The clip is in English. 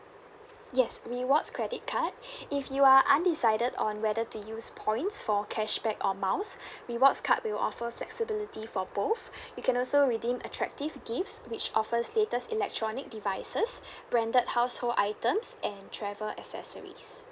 yes rewards credit card if you are undecided on whether to use points for cashback or miles rewards card will offer flexibility for both you can also redeem attractive gifts which offers latest electronic devices branded household items and travel accessories